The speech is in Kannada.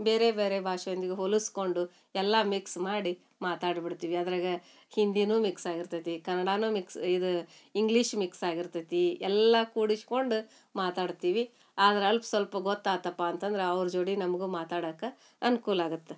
ಬೇರೆ ಬೇರೆ ಭಾಷೆಯೊಂದಿಗೆ ಹೋಲಿಸ್ಕೊಂಡು ಎಲ್ಲ ಮಿಕ್ಸ್ ಮಾಡಿ ಮಾತಾಡಿಬಿಡ್ತೀವಿ ಅದ್ರಾಗೆ ಹಿಂದಿಯೂ ಮಿಕ್ಸ್ ಆಗಿರ್ತತಿ ಕನ್ನಡವೂ ಮಿಕ್ಸ್ ಇದು ಇಂಗ್ಲೀಷ್ ಮಿಕ್ಸ್ ಆಗಿರ್ತತಿ ಎಲ್ಲ ಕೂಡಿಸ್ಕೊಂಡು ಮಾತಾಡ್ತೀವಿ ಆದ್ರೆ ಅಲ್ಪ ಸ್ವಲ್ಪ ಗೊತ್ತಾಯ್ತಪ್ಪ ಅಂತಂದ್ರೆ ಅವ್ರ ಜೋಡಿ ನಮಗೂ ಮಾತಾಡಕ್ಕೆ ಅನ್ಕೂಲ ಆಗತ್ತೆ